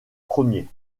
premiers